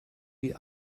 wie